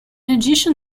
addition